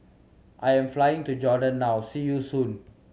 I am flying to Jordan now see you soon